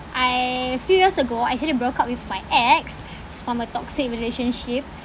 I few years ago I actually broke up with my ex from a toxic relationship